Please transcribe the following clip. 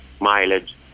mileage